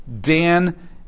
Dan